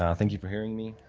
um thank you for hearing me.